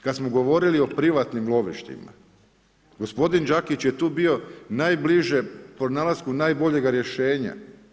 Kada smo govorili o privatnim lovištima, gospodin Đakić je tu bio najbliže pronalasku najboljega rješenja.